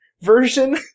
version